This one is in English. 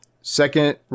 Second